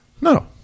No